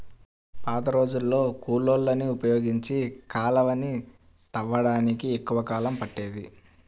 పాతరోజుల్లో కూలోళ్ళని ఉపయోగించి కాలవలని తవ్వడానికి ఎక్కువ కాలం పట్టేది